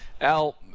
Al